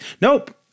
Nope